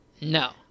No